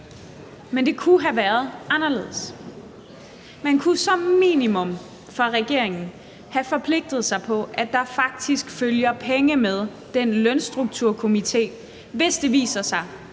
Men det kunne have været anderledes. Man kunne som minimum fra regeringen have forpligtet sig på, at der faktisk følger penge med den lønstrukturkomité, hvis det viser sig,